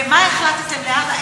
ומה החלטתם להבא,